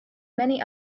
many